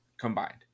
combined